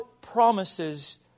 promises